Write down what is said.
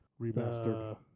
Remastered